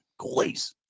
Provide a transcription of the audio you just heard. Goalies